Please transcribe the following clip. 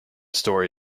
story